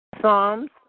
Psalms